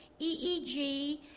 EEG